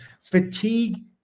fatigue